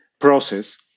process